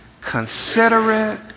considerate